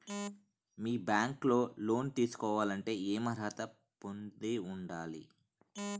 మీ bank లో loan తీసుకోవాలంటే ఎం అర్హత పొంది ఉండాలి?